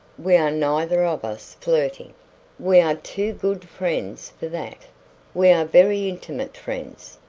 we are neither of us flirting we are too good friends for that we are very intimate friends.